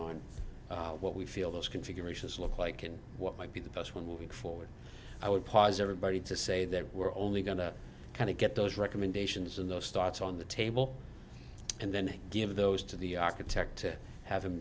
on what we feel those configurations look like and what might be the best when moving forward i would pause everybody to say that we're only going to kind of get those recommendations and those thoughts on the table and then give those to the architect to have